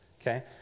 Okay